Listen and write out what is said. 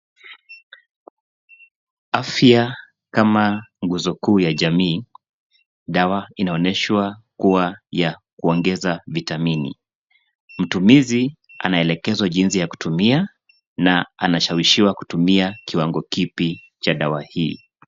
Afya kama nguzo kuu ya jamii. Dawa inaoneshwa kua ya kuongeza vitamini. Mtumizi anaelekezwa jinsi ya kutumia, na anashawishiwa kutumia kiwango kipi cha dawa hii.